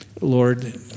Lord